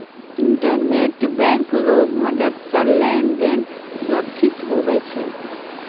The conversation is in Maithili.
इंटरनेट बैंक रो मदद से लेन देन सुरक्षित हुवै छै